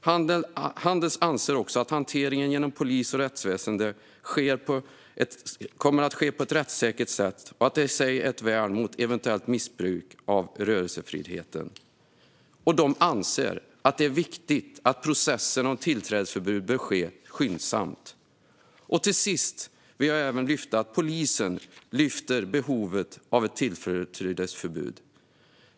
Handels anser också att "hanteringen genom polis och rättsväsende sker på ett rättssäkert sätt och att det i sig är ett värn mot eventuellt missbruk av rörelsefriheten". Handels anser att "det är viktigt att processen om tillträdesförbud bör kunna ske skyndsamt". Till sist vill jag även lyfta fram att polisen för fram behovet av ett tillträdesförbud.